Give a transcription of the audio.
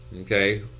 okay